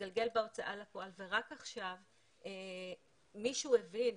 בהוצאה לפועל ורק עכשיו מישהו הבין,